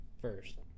First